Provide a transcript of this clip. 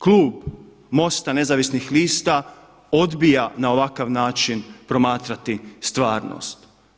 Klub MOST-a nezavisnih lista odbija na ovakav način promatrati stvarnost.